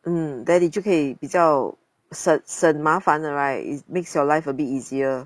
mm then 你就可以比较省麻烦了 right it makes your life a bit easier